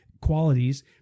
qualities